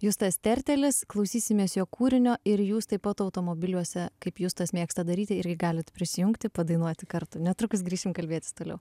justas tertelis klausysimės jo kūrinio ir jūs taip pat automobiliuose kaip justas mėgsta daryti irgi galit prisijungti padainuoti kartu netrukus grįšim kalbėtis toliau